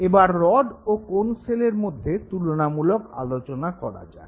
এবার রড ও কোণ সেলের মধ্যে তুলনামূলক আলোচনা করা যাক